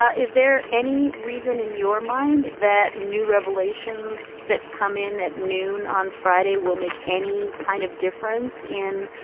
ah is there any reason in your mind that new revelations that come in at noon on friday will make any kind of difference in